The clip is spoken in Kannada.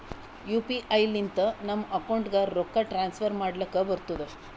ಯು ಪಿ ಐ ಲಿಂತ ನಮ್ ಅಕೌಂಟ್ಗ ರೊಕ್ಕಾ ಟ್ರಾನ್ಸ್ಫರ್ ಮಾಡ್ಲಕ್ ಬರ್ತುದ್